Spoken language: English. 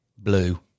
Blue